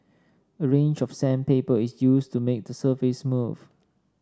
a range of sandpaper is used to make the surface smooth